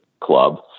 Club